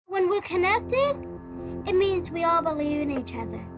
when we're connected it means we all believe in each and